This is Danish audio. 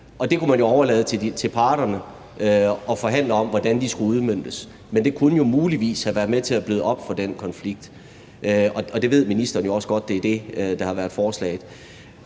man kunne jo overlade til parterne at forhandle om, hvordan de skulle udmøntes, og det kunne muligvis have været med til at bløde op for den konflikt. Ministeren ved jo godt, at det er det, der har været forslaget.